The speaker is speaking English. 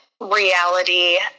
reality